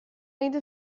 عید